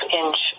inch